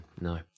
No